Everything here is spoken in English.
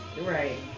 right